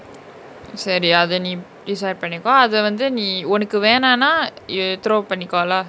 சரி அத நீ:sari atha nee decide பன்னிகோ அதவந்து நீ ஒனக்கு வேணானா:panniko athavanthu nee onaku venaanaa you throw பன்னிகோ:panniko lah